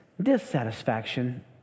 Dissatisfaction